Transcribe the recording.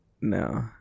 No